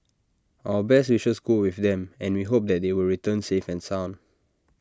our best wishes go with them and we hope that they will return safe and sound